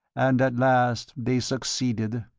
and at last they succeeded,